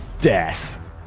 death